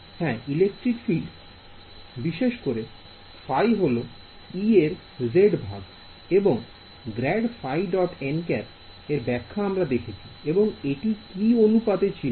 হ্যাঁ electric field বিশেষ করে ϕ হল E এর z ভাগ এবং ∇ϕ · nˆ এর ব্যাখ্যা আমরা দেখেছি এবং এটি কি অনুপাতে কি ছিল